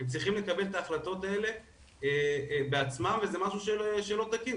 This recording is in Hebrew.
הם צריכים לקחת את ההחלטות האלה בעצמם וזה משהו שהוא לא תקין,